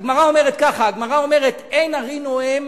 הגמרא אומרת ככה: "אין ארי נוהם